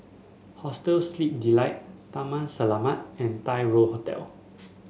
Hostel Sleep Delight Taman Selamat and Tai Hoe Hotel